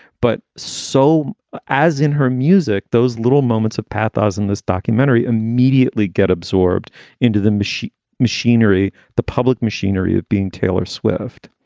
but so as in her music, those little moments of pathos in this documentary immediately get absorbed into the machine machinery, the public machinery of being taylor swift